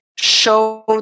show